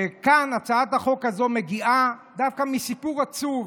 כאן הצעת החוק הזו מגיעה דווקא מסיפור עצוב.